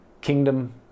kingdom